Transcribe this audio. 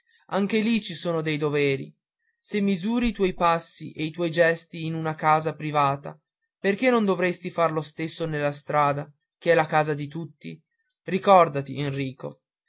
anche lì ci sono dei doveri se misuri i tuoi passi e i tuoi gesti in una casa privata perché non dovresti far lo stesso nella strada che è la casa di tutti ricordati enrico